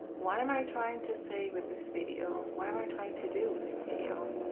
what am i trying to say with this video? what am i trying to do with this video?